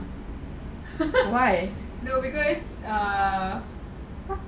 no because ah